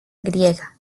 griega